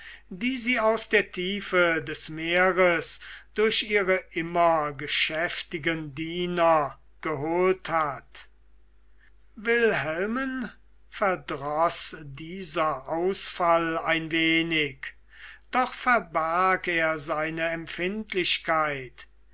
die sie aus der tiefe des meeres durch ihre immer geschäftigen diener geholt hat wilhelmen verdroß dieser ausfall ein wenig doch verbarg er seine empfindlichkeit